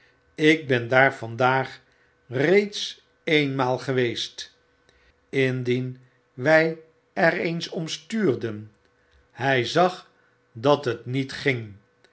ik ben daar vandaag reeds eenmaal geweest indien wij er eens om stuurden hi zag dat het niet ging